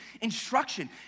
instruction